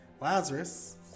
Lazarus